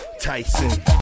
Tyson